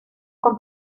con